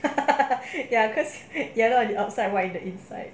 ya cause yellow on the outside white in the inside